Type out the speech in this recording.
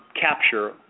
capture